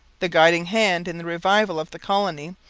the guiding hand in the revival of the colony,